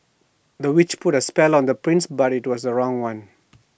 the witch put A spell on the prince but IT was the wrong one